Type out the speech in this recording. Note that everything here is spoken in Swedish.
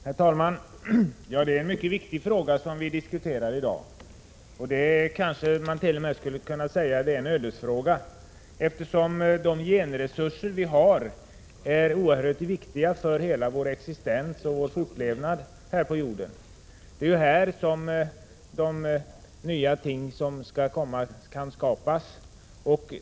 Herr talman! Det är en mycket viktig fråga som vi diskuterar i dag. Man kanske t.o.m. skulle kunna säga att det är en ödesfråga, eftersom de genresurser vi har är oerhört viktiga för hela vår existens och fortlevnad här på jorden. Det är ju här som de nya ting som skall komma kan skapas.